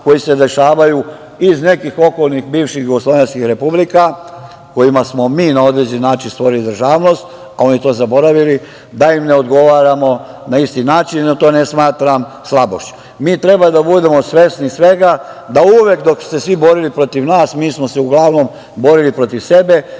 koji se dešavaju iz nekih okolnih bivših jugoslovenskih republika, kojima smo mi na određeni način stvorili državnost a oni to zaboravili, da im ne odgovaramo na isti način i to ne smatram slabošću. Mi treba da budemo svesni svega, da uvek dok su se svi borili protiv nas, mi smo se uglavnom borili protiv sebe.